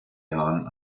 jahren